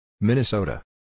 Minnesota